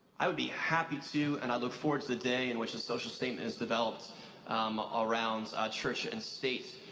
i would be happy to, and i look forward to the day, in which a social statement is developed um around church and state.